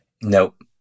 Nope